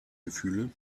gefühle